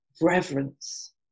reverence